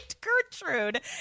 Gertrude